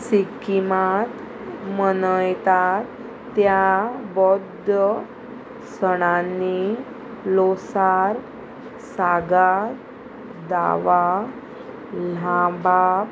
सिक्किमांत मनयतात त्या बौध सणांनी लोसार सागार दावां लांबाब